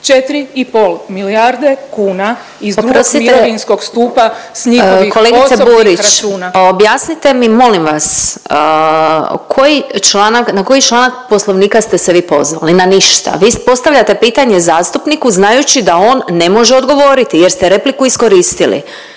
… sa njihovih osobnih računa. **Glasovac, Sabina (SDP)** Kolegice Burić, objasnite mi molim vas koji članak, na koji članak Poslovnika ste se vi pozvali? Na ništa. Vi postavljate pitanje zastupniku znajući da on ne može odgovoriti, jer ste repliku iskoristili.